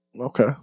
Okay